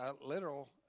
literal